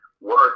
work